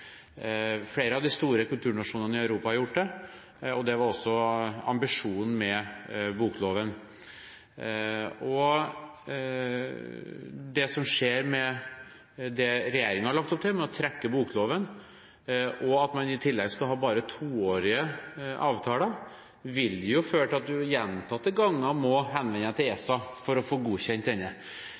Flere av de store kulturnasjonene i Europa har gjort det. Det var også ambisjonen med bokloven. Det at regjeringen har lagt opp til å trekke bokloven, og det at man i tillegg skal ha bare toårige avtaler, vil jo føre til man gjentatte ganger må henvende seg til ESA for å få godkjent